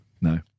No